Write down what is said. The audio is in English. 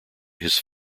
his